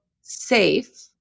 safe